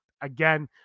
again